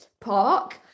park